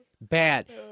Bad